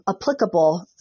applicable